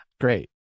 Great